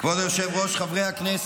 תביא לי את הכדורים.